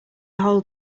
hold